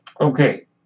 Okay